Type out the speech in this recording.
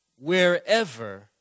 Wherever